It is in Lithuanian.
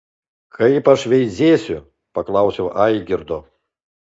kaip aš veizėsiu paklausiau aigirdo